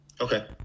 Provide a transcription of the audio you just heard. okay